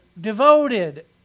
devoted